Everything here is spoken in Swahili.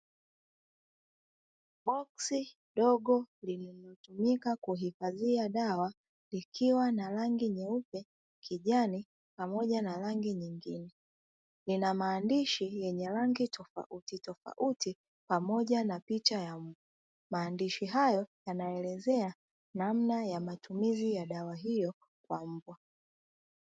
Boksi dogo linalotumika kuhifadhia dawa likiwa na rangi nyeupe, kijani pamoja na rangi nyingine ina maandishi yenye rangi tofautitofauti pamoja na picha ya mbwa. Maandishi hayo yanayoelezea namna ya matumizi ya dawa hiyo kwa mbwa.